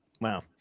wow